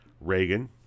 Reagan